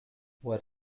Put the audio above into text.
what